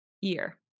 year